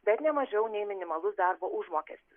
bet ne mažiau nei minimalus darbo užmokestis